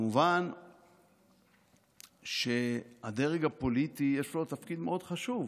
כמובן שהדרג הפוליטי, יש לו תפקיד מאוד חשוב.